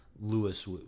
Lewis